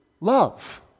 love